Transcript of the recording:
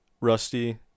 Rusty